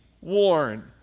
warn